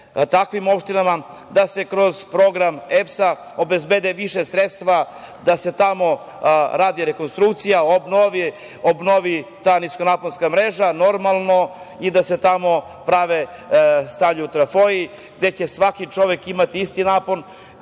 takvim opštinama da se kroz program EPS-a obezbede viša sredstva da se tamo radi rekonstrukcija, obnovi ta niskonaponska mreža i da se tamo stavljaju trafoi, gde će svaki čovek imati isti napon.